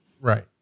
Right